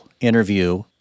interview